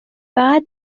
فقط